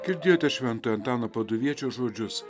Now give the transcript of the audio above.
girdėjote šventojo antano paduviečio žodžius